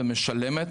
ומשלמת